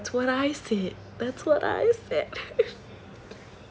that's what I said that's what I said